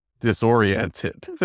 disoriented